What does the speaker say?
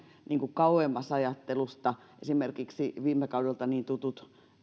kauemmas ajattelusta esimerkiksi viime kaudelta niin tutut